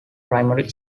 primary